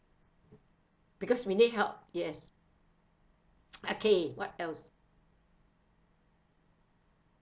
because we need help yes okay what else